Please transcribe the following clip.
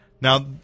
Now